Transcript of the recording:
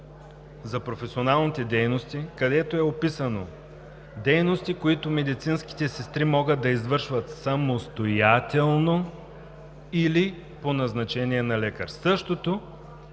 за професионалните дейности е описано: „Дейности, които медицинските сестри могат да извършват самостоятелно или по назначение на лекар“ и същото